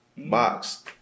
Box